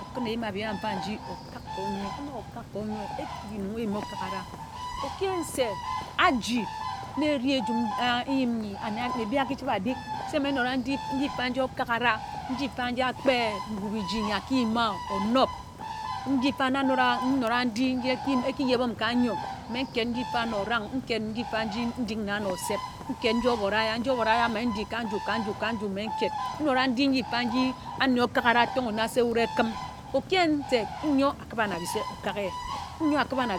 Okun eyim a abi a mfa nji okak ka ōnyoe okún okák ka ónyoe ekpighi nnon eyim okakara oki yen̄ se achi na éreh ejum e nyim nyi ane maybe achibi ádik se mme n̄noda ndi nyip mfa nje okakara ngip mfa nje a kpe ngu biji nyi aki yim wā onob nji mfa na nnōdā nnodā ndi nji eki jebhim ka nyor mme ken nji mfa na orang ken nji mfa ndik na nó oseb ken nje obora ya nje obora ya mme ndik ka nju ka nju ka nju ka nju mme nkēd n̄nodā ndik nyip mfa nji ane okakara atonghe na se wud ekim oki yen se n̄yo akiba na bi'se okāk ye ńyo akiba na